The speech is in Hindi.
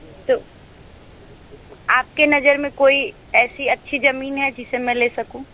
तो आपके नज़र में कोई ऐसी अच्छी ज़मीन है जिसे मैं ले सकूँ